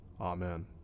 Amen